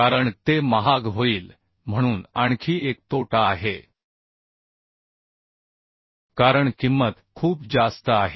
कारण ते महाग होईल म्हणून आणखी एक तोटा आहे कारण किंमत खूप जास्त आहे